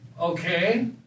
Okay